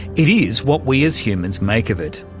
it is what we as humans make of it.